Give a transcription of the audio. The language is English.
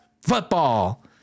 football